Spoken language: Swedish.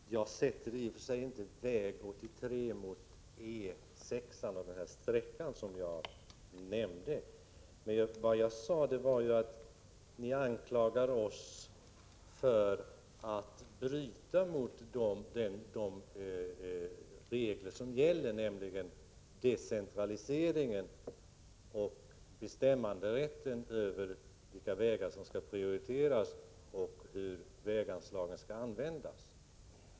Herr talman! Jag sätter i och för sig inte väg 83 mot E 6-an och den sträcka som jag nämnde. Vad jag sade var att ni anklagar oss för att bryta mot de regler som gäller, nämligen beträffande decentraliseringen och bestämmanderätten över vilka vägar som skall prioriteras och hur väganslagen skall användas.